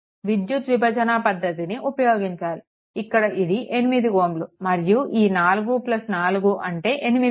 విద్యుత్ విభజన పద్దతిని ఉపయోగించాలి ఇక్కడ ఇది 8 Ω మరియు ఈ 44 అంటే 8 Ω